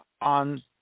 on